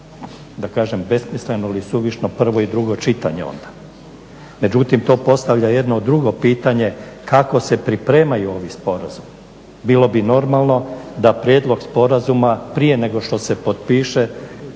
da kažem besmisleno ili suvišno prvo i drugo čitanje onda. Međutim to postavlja jedno drugo pitanje, kako se pripremaju ovi sporazumi? Bilo bi normalno da prijedlog sporazuma prije nego što se potpiše